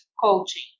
Coaching